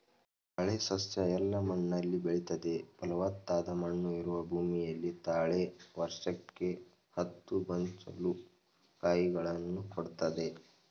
ತಾಳೆ ಸಸ್ಯ ಎಲ್ಲ ಮಣ್ಣಲ್ಲಿ ಬೆಳಿತದೆ ಫಲವತ್ತಾದ ಮಣ್ಣು ಇರುವ ಭೂಮಿಯಲ್ಲಿ ತಾಳೆ ವರ್ಷಕ್ಕೆ ಹತ್ತು ಗೊಂಚಲು ಕಾಯಿಗಳನ್ನು ಕೊಡ್ತದೆ